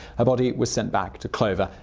her body was sent back to clover,